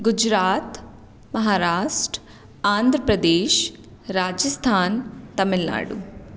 Gujarat Maharashtra Andhra Pradesh Rajasthan Tamil Nadu